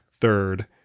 third